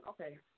okay